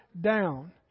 down